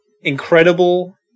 Incredible